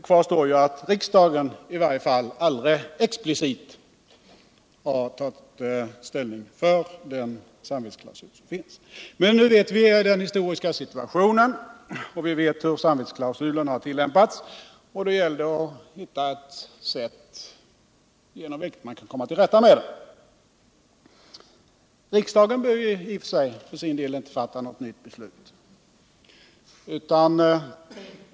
Klart är dock att riksdagen i varje fall aldrig explicit har tagit ställning för den samvetsklausul som finns. Vi känner till den historiska situationen och vi vet hur samvetsklausulen har tillämpats. Det gäller nu att hitta ett sätt på vilket vi kan komma till rätta med detta. Riksdagen behöver i och för sig inte fatta något nytt beslut.